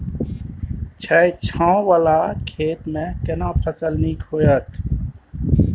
छै ॉंव वाला खेत में केना फसल नीक होयत?